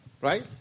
right